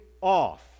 off